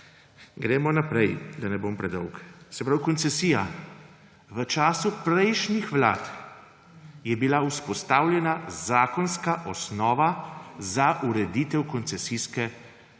Gremo naprej, da ne bom predolg. Se pravi koncesija. V času prejšnjih vlad je bila vzpostavljena zakonska osnova za ureditev koncesije,